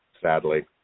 sadly